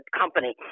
company